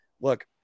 look